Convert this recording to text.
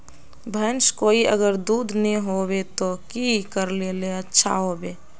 भैंस कोई अगर दूध नि होबे तो की करले ले अच्छा होवे?